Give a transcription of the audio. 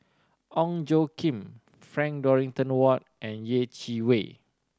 Ong Tjoe Kim Frank Dorrington Ward and Yeh Chi Wei